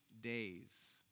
days